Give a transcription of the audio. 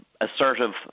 assertive